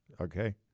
okay